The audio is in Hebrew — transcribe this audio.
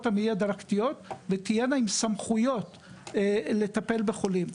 המעי הדלקתיות ותהיינה עם סמכויות לטפל בחולים.